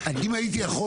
אם הייתי יכול,